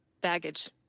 baggage